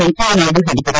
ವೆಂಕಯ್ಯನಾಯ್ದು ಹೇಳಿದರು